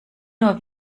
nur